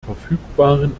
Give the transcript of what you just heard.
verfügbaren